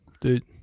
dude